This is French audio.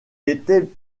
était